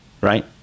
right